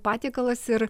patiekalas ir